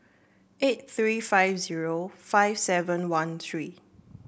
eight three five zero five seven one three